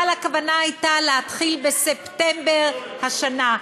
אבל הכוונה הייתה להתחיל בספטמבר השנה.